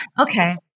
Okay